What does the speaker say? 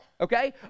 okay